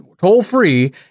toll-free